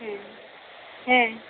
ᱦᱮᱸ ᱦᱮᱸ